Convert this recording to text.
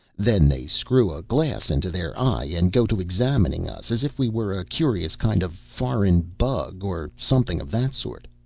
then they screw a glass into their eye and go to examining us, as if we were a curious kind of foreign bug, or something of that sort.